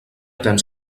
temps